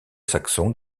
saxon